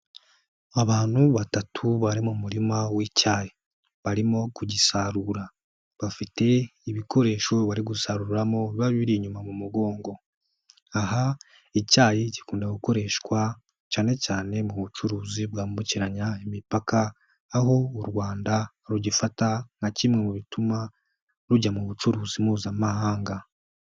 Abantu batatu bari mu murima w'icyayi. Barimo kugisarura. Bafite ibikoresho bari gusaruriramo biba biri inyuma mu mugongo. Aha icyayi gikunda gukoreshwa cyane cyane mu bucuruzi bwambukiranya imipaka, aho u Rwanda rugifata nka kimwe mu bituma rujya mu bucuruzi Mpuzamahanga.